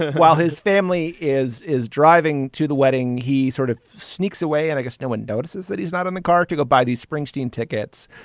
while his family is is driving to the wedding he sort of sneaks away and i guess no one notices that he's not in the car to go by these springsteen tickets.